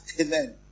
amen